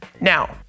Now